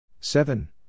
Seven